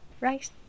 Right